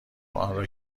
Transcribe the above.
آنرا